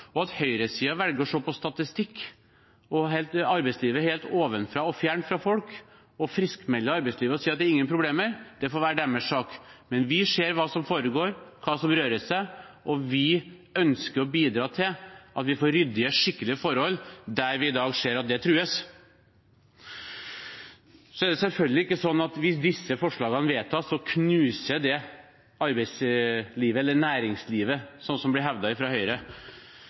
At høyresiden velger å se på statistikk og arbeidslivet ovenfra og fjernt fra folk, og friskmelder arbeidslivet og sier at det er ingen problemer, får være deres sak. Men vi ser hva som foregår, hva som rører seg, og vi ønsker å bidra til at vi får ryddige, skikkelige forhold der vi i dag ser at de trues. Så er det selvfølgelig ikke slik at hvis disse forslagene vedtas, knuser det arbeidslivet eller næringslivet, slik som det blir hevdet fra Høyre.